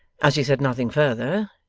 as he said nothing further,